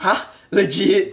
!huh! legit